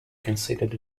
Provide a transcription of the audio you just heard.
considered